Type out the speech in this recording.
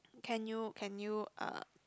can you can you uh